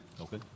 Okay